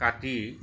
কাটি